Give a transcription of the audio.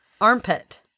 Armpit